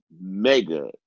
mega